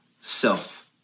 self